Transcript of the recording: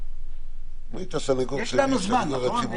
יש לנו זמן, נכון?